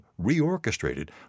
reorchestrated